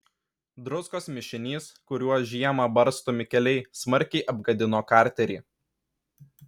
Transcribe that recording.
druskos mišinys kuriuo žiemą barstomi keliai smarkiai apgadino karterį